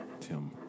Tim